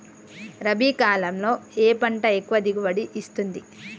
రబీ కాలంలో ఏ పంట ఎక్కువ దిగుబడి ఇస్తుంది?